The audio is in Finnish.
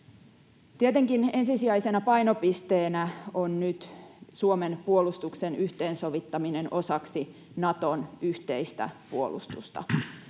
Tietenkin ensisijaisena painopisteenä on nyt Suomen puolustuksen yhteensovittaminen osaksi Naton yhteistä puolustusta.